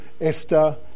Esther